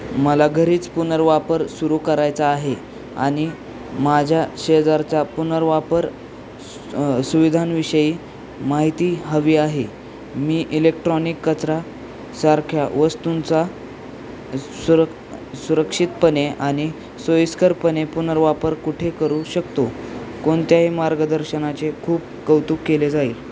मला घरीच पुनर्वापर सुरू करायचा आहे आणि माझ्या शेजारचा पुनर्वापर सुविधांविषयी माहिती हवी आहे मी इलेक्ट्रॉनिक कचरा सारख्या वस्तूंचा सुर सुरक्षितपणे आणि सोयीस्करपणे पुनर्वापर कुठे करू शकतो कोणत्याही मार्गदर्शनाचे खूप कौतुक केले जाईल